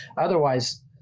otherwise